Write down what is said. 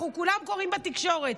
אנחנו כולם קוראים בתקשורת.